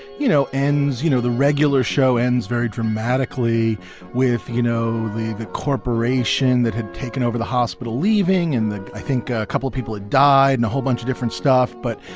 you know, ends you know, the regular show ends very dramatically with, you know, the the corporation that had taken over the hospital leaving. and i think a couple of people had died and a whole bunch of different stuff but,